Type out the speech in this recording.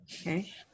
Okay